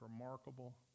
remarkable